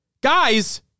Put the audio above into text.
Guys